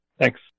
Thanks